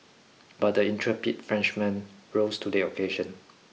but the intrepid Frenchman rose to the occasion